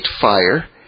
fire